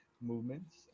movements